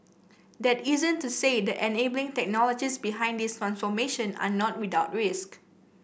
that isn't to say the enabling technologies behind this transformation are not without risk